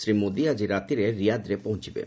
ଶ୍ରୀ ମୋଦି ଆଜି ରାତିରେ ରଆଦ୍ରେ ପହଞ୍ଚବେ